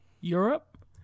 Europe